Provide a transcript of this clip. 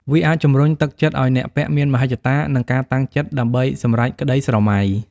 វាអាចជំរុញទឹកចិត្តឱ្យអ្នកពាក់មានមហិច្ឆតា និងការតាំងចិត្តដើម្បីសម្រេចក្តីស្រមៃ។